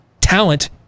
Talent